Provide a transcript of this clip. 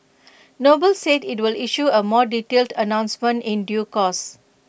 noble said IT will issue A more detailed announcement in due course